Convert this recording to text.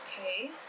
Okay